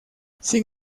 sin